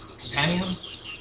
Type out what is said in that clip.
Companions